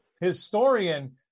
historian